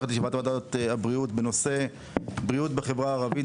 את ישיבת וועדת הבריאות בנושא בריאות בחברה הערבית